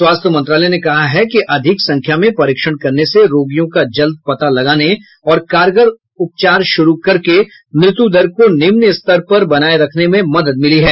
स्वास्थ्य मंत्रालय ने कहा है कि अधिक संख्या में परीक्षण करने से रोगियों का जल्द पता लगाने और कारगार उपचार शुरू करके मृत्युदर को निम्न स्तर पर बनाये रखने में मदद मिली है